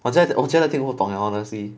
我觉得我觉得听不懂 leh honestly